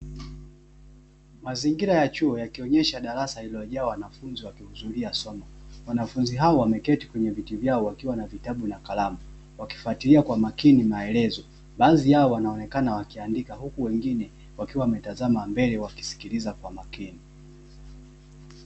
Mazingira ya chuo yakionyesha darasa lililojaa wanafunzi wakihudhuria somo. Wanafunzi hao wameketi kwenye viti vyao wakiwa na vitabu na kalamu, wakifuatilia kwa makini maelezo, baadhi yao wanaonekana wakiandika huku wengine wakiwa wametazama mbele wakisikiliza kwa makini.